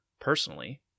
personally